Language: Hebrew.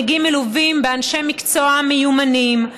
הם מגיעים מלווים באנשי מקצוע מיומנים,